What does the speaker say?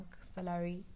salary